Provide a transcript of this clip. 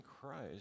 Christ